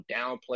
downplay